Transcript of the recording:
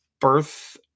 birth